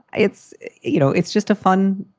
it's you know, it's just a fun,